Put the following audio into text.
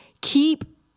keep